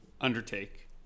undertake